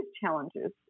challenges